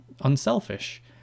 unselfish